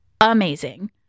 amazing